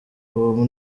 uwo